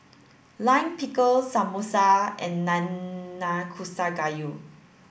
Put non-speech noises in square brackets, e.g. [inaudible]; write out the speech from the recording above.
Lime Pickle Samosa and [unintelligible] Gayu